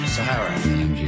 Sahara